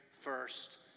first